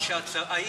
אני